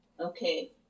Okay